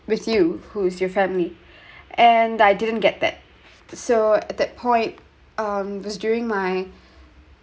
with you who's your family and I didn't get that so at that point was during my